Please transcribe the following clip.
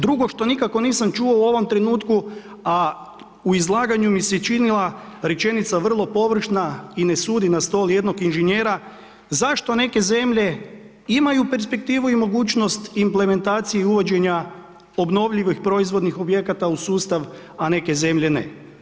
Drugo, što nikako nisam čuo u ovome trenutku, a u izlaganju mi se činila rečenica vrlo površna i ne sudi na stol jednog inženjera, zašto neke zemlje imaju perspektivu i mogućnost implementacije i uvođenja obnovljivih proizvodnih objekata u sustav, a neke zemlje ne?